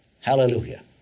Hallelujah